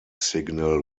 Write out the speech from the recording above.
signal